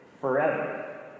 forever